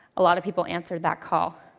a lot of people answered that call.